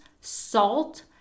salt